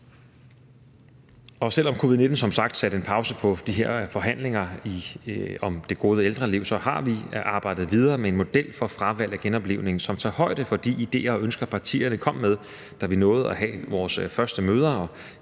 Selv om covid-19 som sagt satte de her forhandlinger om det gode ældreliv på pause, har vi arbejdet videre med en model for fravalg af genoplivning, som tager højde for de idéer og ønsker, partierne kom med, da vi nåede at have vores første møder,